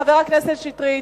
חבר הכנסת שטרית.